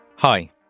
Hi